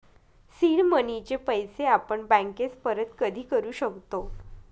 seed मनीचे पैसे आपण बँकेस परत कधी करू शकतो